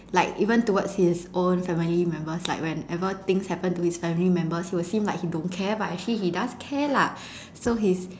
like even towards his own family members like whenever things happen to his family members he will seem like he don't care but actually he does care lah so he's